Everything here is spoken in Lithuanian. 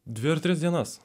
dvi tris dienas